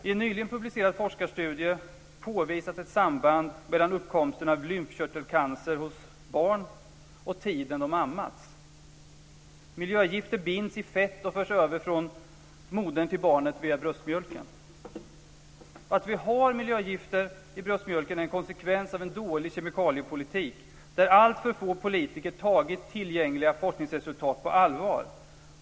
I en nyligen publicerad forskarstudie påvisas samband mellan uppkomsten av lymfkörtelcancer hos barn och tiden de ammats. Miljögifter binds i fett och förs över från modern till barnet via bröstmjölken. Att vi har miljögifter i bröstmjölken är en kosekvens av en dålig kemikaliepolitik där alltför få politiker tagit tillgängliga forskningsresultat på allvar.